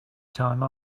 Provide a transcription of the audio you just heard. time